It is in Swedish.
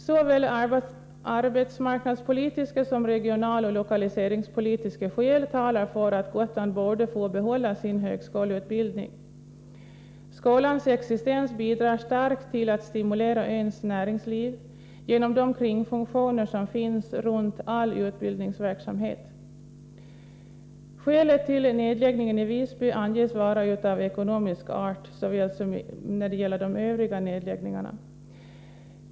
Såväl arbetsmarknadspolitiska som regionaloch lokaliseringspolitiska skäl talar för att Gotland borde få behålla sin högskoleutbildning. Skolans existens bidrar starkt till att stimulera öns näringsliv, genom de kringfunktioner som finns i fråga om all utbildningsverksamhet. Skälet till såväl nedläggningen i Visby som till övriga nedläggningar anges vara av ekonomisk art.